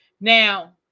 now